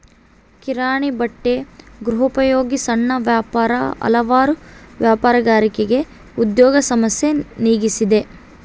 ಕಿರಾಣಿ ಬಟ್ಟೆ ಗೃಹೋಪಯೋಗಿ ಸಣ್ಣ ವ್ಯಾಪಾರ ಹಲವಾರು ವ್ಯಾಪಾರಗಾರರಿಗೆ ಉದ್ಯೋಗ ಸಮಸ್ಯೆ ನೀಗಿಸಿದೆ